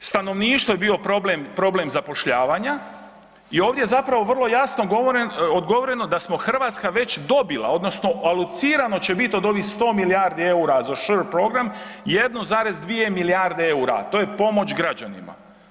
Stanovništvo je bio problem zapošljavanja i ovdje je zapravo vrlo jasno odgovoreno da smo Hrvatska već dobila, odnosno alocirano će biti od ovih 100 milijardi eura za SURE program 1,2 milijarde eura, to je pomoć građanima.